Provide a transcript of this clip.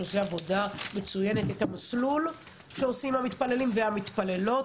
שעושה עבודה מצוינת את המסלול שעושים המתפללים והמתפללות.